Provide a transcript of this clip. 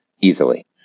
easily